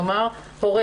נאמר הורה